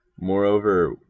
Moreover